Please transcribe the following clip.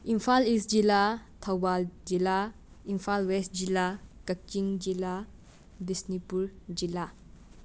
Imphal East ꯖꯤꯂꯥ ꯊꯧꯕꯥꯜ ꯖꯤꯂꯥ Imphal West ꯖꯤꯂꯥ ꯀꯛꯆꯤꯡ ꯖꯤꯂꯥ ꯕꯤꯁꯅꯤꯄꯨꯔ ꯖꯤꯂꯥ